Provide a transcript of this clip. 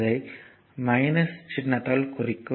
அதை சின்னத்தால் குறிக்கும்